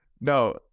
No